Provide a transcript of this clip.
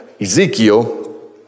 Ezekiel